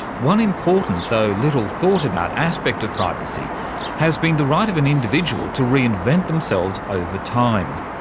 one important though little thought-about aspect of privacy has been the right of an individual to reinvent themselves over time.